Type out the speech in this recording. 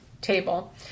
table